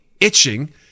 itching